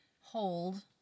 hold